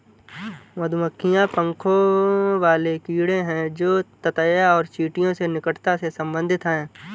मधुमक्खियां पंखों वाले कीड़े हैं जो ततैया और चींटियों से निकटता से संबंधित हैं